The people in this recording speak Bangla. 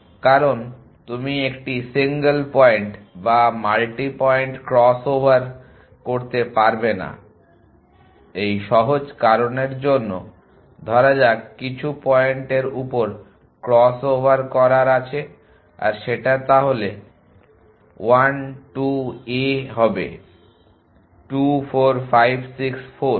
কারণ তুমি একটি সিঙ্গল পয়েন্ট বা মাল্টি পয়েন্ট ক্রস ওভার করতে পারবে না এই সহজ কারণের জন্য ধরা যাক কিছু পয়েন্টের উপর ক্রস ওভার করার আছে আর সেটা তাহলে I 2 a হবে 2 4 5 6 4